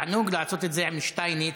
תענוג לעשות את זה עם שטייניץ,